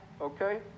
Okay